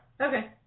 Okay